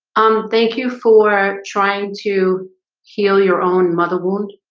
um thank you for trying to heal your own mother wound.